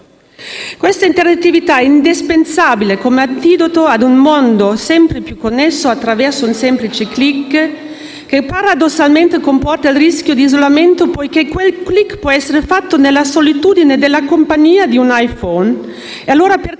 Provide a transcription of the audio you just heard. Questa interattività è indispensabile come antidoto a un mondo sempre più connesso attraverso un semplice *click* che, paradossalmente, comporta il rischio di isolamento. Infatti, quel *click* può essere fatto nella solitudine della compagnia di un *iPhone* e, allora,